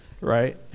right